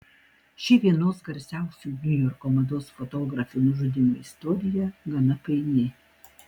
ši vienos garsiausių niujorko mados fotografių nužudymo istorija gana paini